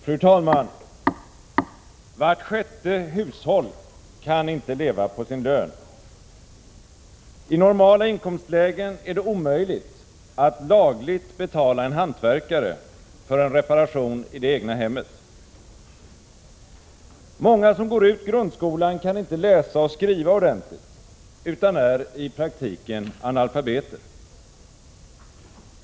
Fru talman! Vart sjätte hushåll kan inte leva på sin lön. I normala inkomstlägen är det omöjligt att lagligt betala en hantverkare för en reparation i det egna hemmet. Många som går ut grundskolan kan inte läsa och skriva ordentligt utan är i praktiken analfabeter.